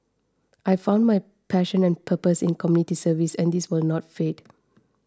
I found my passion and purpose in community service and this will not fade